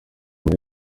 muri